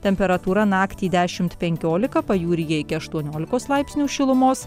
temperatūra naktį dešimt penkiolika pajūryje iki aštuoniolikos laipsnių šilumos